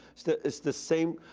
it's the it's the same